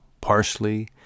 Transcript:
parsley